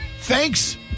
Thanks